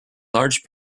large